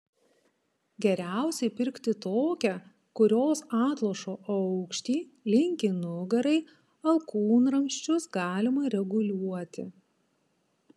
geriausiai pirkti tokią kurios atlošo aukštį linkį nugarai alkūnramsčius galima reguliuoti